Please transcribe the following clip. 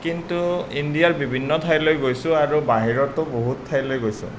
কিন্তু ইণ্ডিয়াৰ বিভিন্ন ঠাইলৈ গৈছো আৰু বাহিৰতো বহুত ঠাইলৈ গৈছো